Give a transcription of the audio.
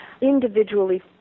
individually